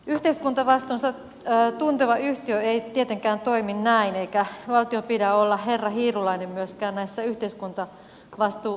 yhteiskuntavastuunsa tunteva yhtiö ei tietenkään toimi näin eikä valtion pidä olla herra hiirulainen myöskään näissä yhteiskuntavastuuasioissa